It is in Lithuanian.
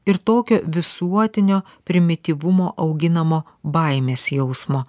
ir tokio visuotinio primityvumo auginamo baimės jausmo